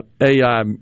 AI